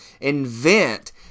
invent